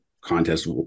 contest